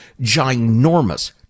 ginormous